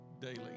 daily